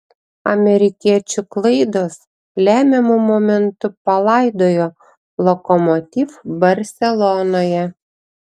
amerikiečių klaidos lemiamu momentu palaidojo lokomotiv barselonoje